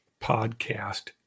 podcast